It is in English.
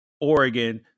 Oregon